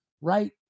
right